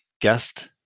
guest